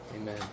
Amen